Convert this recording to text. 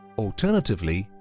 alternatively,